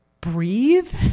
breathe